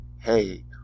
Hey